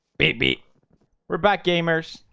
baby we're back gamers.